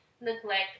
neglect